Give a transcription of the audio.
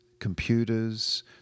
Computers